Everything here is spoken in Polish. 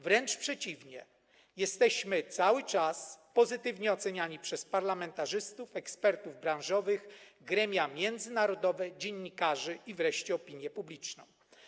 Wręcz przeciwnie, jesteśmy cały czas pozytywnie oceniani przez parlamentarzystów, ekspertów branżowych, gremia międzynarodowe, dziennikarzy i wreszcie opinię publiczną.